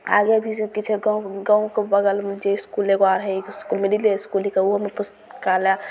आगे भी जे किछु गाम गामके बगलमे जे इसकुल एगो आओर हइ इसकुल मिडिले इसकुल ओहिओमे पुस्तकालय